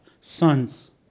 sons